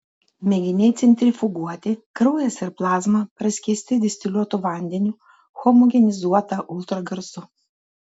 mėginiai centrifuguoti kraujas ir plazma praskiesti distiliuotu vandeniu homogenizuota ultragarsu